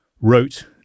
wrote